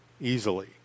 Easily